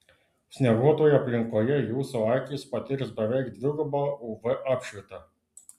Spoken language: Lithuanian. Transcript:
snieguotoje aplinkoje jūsų akys patirs beveik dvigubą uv apšvitą